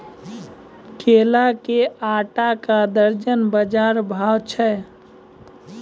केला के आटा का दर्जन बाजार भाव छ?